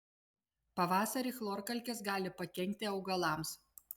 pavasarį chlorkalkės gali pakenkti augalams